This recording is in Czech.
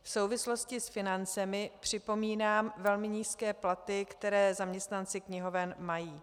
V souvislosti s financemi připomínám velmi nízké platy, které zaměstnanci knihoven mají.